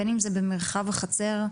בין אם זה במרחב החצר ,